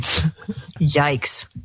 Yikes